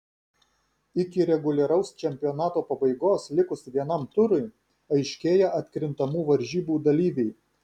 iki reguliaraus čempionato pabaigos likus vienam turui aiškėja atkrintamų varžybų dalyviai